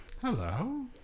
Hello